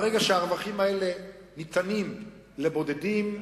ברגע שהרווחים האלה ניתנים לבודדים,